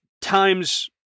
times